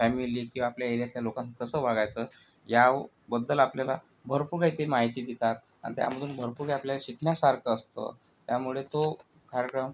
family किंवा आपल्या एरियातल्या लोकांसोबत कसं वागायचं याबद्दल आपल्याला भरपूर ते माहिती देतात आणि त्यामधून भरपूर काही आपल्याला शिकण्यासारखं असतं त्यामुळे तो कार्यक्रम